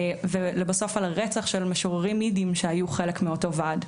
ולבסוף על הרצח של משוררים אידים שהיו חלק מאותו וועד.